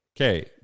okay